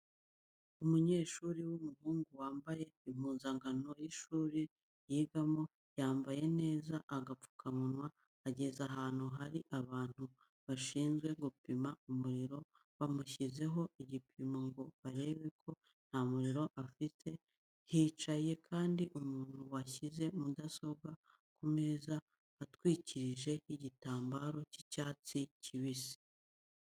Umunyeshuri w'umuhungu wambaye impuzankano y'ishuri yigamo, yambaye neza agapfukamunwa ageze ahantu hari abantu bashinzwe gupima umuriro bamushyizeho igipimo ngo barebe ko nta muriro afite, hicaye kandi umuntu washyize mudasobwa ku meza atwikirije igitambaro cy'icyatsi kibisi.